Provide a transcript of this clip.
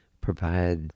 provide